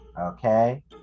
Okay